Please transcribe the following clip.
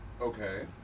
Okay